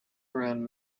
around